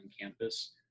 campus